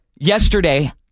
Yesterday